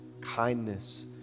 kindness